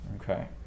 Okay